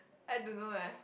I don't know eh